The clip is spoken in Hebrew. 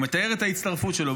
הוא מתאר את ההצטרפות שלו,